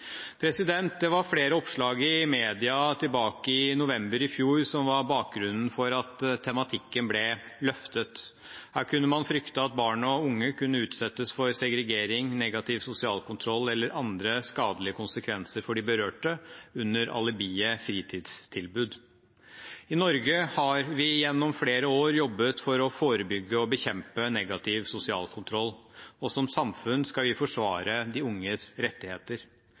Det var flere oppslag i media tilbake i november i fjor som var bakgrunnen for at tematikken ble løftet. Her kunne man frykte at barn og unge kunne utsettes for segregering, negativ sosial kontroll eller andre skadelige konsekvenser for de berørte, under alibiet fritidstilbud. I Norge har vi gjennom flere år jobbet for å forebygge og bekjempe negativ sosial kontroll. Som samfunn skal vi forsvare de unges rettigheter.